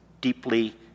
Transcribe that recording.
deeply